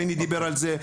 בני דיבר על זה,